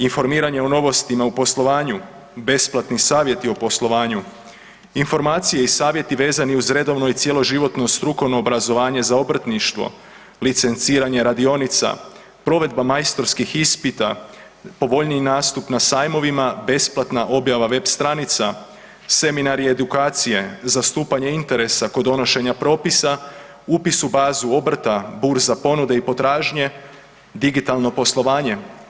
Informiranje o novostima u poslovanju, besplatni savjeti o poslovanju, informacije i savjeti vezani uz redovno i cjeloživotno strukovno obrazovanje za obrtništvo, licenciranje radionica, provedba majstorskih ispita, povoljniji nastup na sajmovima, besplatna objava web stranica, seminari i edukacije, zastupanje interesa kod donošenja propisa, upis u bazu obrta, burza ponude i potražnje, digitalno poslovanje.